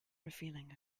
revealing